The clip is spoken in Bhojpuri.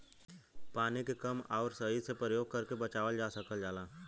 पानी के कम आउर सही से परयोग करके बचावल जा सकल जाला